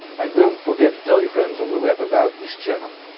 and don't forget to tell your friends on the web about this channel.